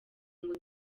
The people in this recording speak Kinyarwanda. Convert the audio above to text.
ngo